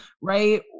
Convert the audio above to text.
Right